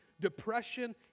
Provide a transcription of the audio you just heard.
depression